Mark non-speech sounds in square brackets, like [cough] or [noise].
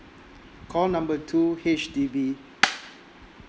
call number two H_D_B [noise]